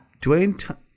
Dwayne